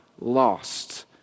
lost